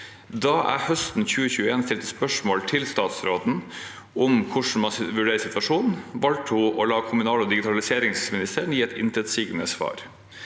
Da jeg høsten 2021 stilte spørsmål til statsråden om hvordan man vurderte situasjonen, valgte hun å la kommunalministeren gi et intetsigende svar.